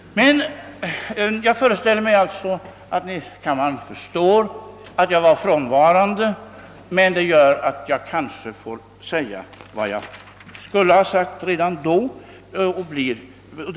Jag föreställer mig följaktligen att kammaren förstår varför jag inte var närvarande under förra veckans debatt. Med hänsyn till detta bör jag dock kanske nu säga det som jag redan då skulle ha anfört.